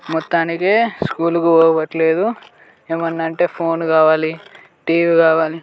మొత్తానికి స్కూలుకు పోవట్లేదు ఏమన్నా అంటే ఫోన్ కావాలి టీవీ కావాలి